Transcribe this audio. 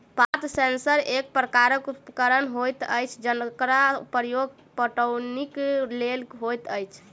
पात सेंसर एक प्रकारक उपकरण होइत अछि जकर प्रयोग पटौनीक लेल होइत अछि